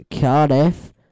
Cardiff